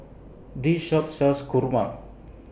This Shop sells Kurma